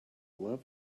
love